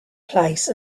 place